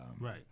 right